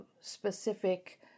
specific